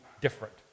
different